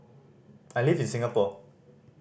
I live in Singapore